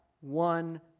one